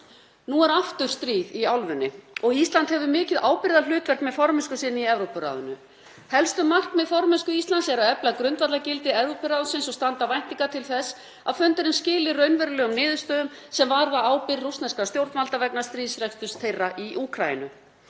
Nú er aftur stríð í álfunni og Ísland hefur mikið ábyrgðarhlutverk með formennsku sinni í Evrópuráðinu. Helstu markmið formennsku Íslands eru að efla grundvallargildi Evrópuráðsins og standa væntingar til þess að fundurinn skili raunverulegum niðurstöðum sem varða ábyrgð rússneskra stjórnvalda vegna stríðsreksturs þeirra í Úkraínu.